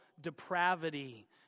depravity